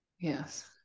yes